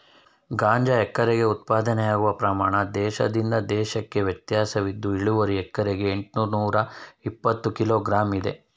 ಗಾಂಜಾ ಎಕರೆಗೆ ಉತ್ಪಾದನೆಯಾಗುವ ಪ್ರಮಾಣ ದೇಶದಿಂದ ದೇಶಕ್ಕೆ ವ್ಯತ್ಯಾಸವಿದ್ದು ಇಳುವರಿ ಎಕರೆಗೆ ಎಂಟ್ನೂರಇಪ್ಪತ್ತು ಕಿಲೋ ಗ್ರಾಂ ಇದೆ